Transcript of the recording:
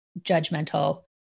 judgmental